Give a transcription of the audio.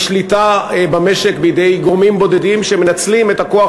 משליטה במשק בידי גורמים בודדים שמנצלים את הכוח